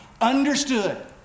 understood